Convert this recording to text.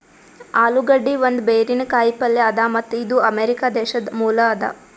ಆಲೂಗಡ್ಡಿ ಒಂದ್ ಬೇರಿನ ಕಾಯಿ ಪಲ್ಯ ಅದಾ ಮತ್ತ್ ಇದು ಅಮೆರಿಕಾ ದೇಶದ್ ಮೂಲ ಅದಾ